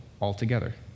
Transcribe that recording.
altogether